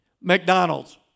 McDonald's